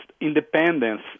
independence